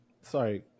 Sorry